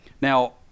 Now